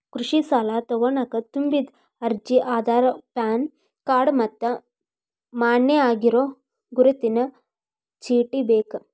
ಕೃಷಿ ಸಾಲಾ ತೊಗೋಣಕ ತುಂಬಿದ ಅರ್ಜಿ ಆಧಾರ್ ಪಾನ್ ಕಾರ್ಡ್ ಮತ್ತ ಮಾನ್ಯ ಆಗಿರೋ ಗುರುತಿನ ಚೇಟಿ ಬೇಕ